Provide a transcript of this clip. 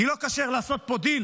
כי לא כשר לעשות פה דיל